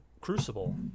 Crucible